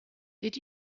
did